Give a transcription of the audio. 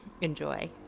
Enjoy